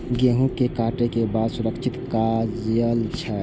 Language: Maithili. गेहूँ के काटे के बाद सुरक्षित कायल जाय?